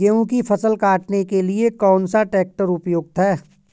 गेहूँ की फसल काटने के लिए कौन सा ट्रैक्टर उपयुक्त है?